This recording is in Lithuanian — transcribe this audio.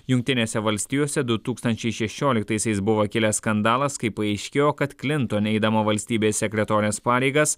jungtinėse valstijose du tūkstančiai šešioliktaisiais buvo kilęs skandalas kai paaiškėjo kad klinton eidama valstybės sekretorės pareigas